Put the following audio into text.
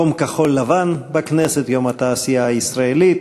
ציון יום כחול-לבן בכנסת, יום התעשייה הישראלית,